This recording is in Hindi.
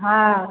हाँ